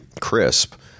crisp